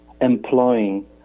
employing